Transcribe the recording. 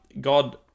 God